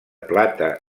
plata